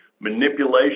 manipulation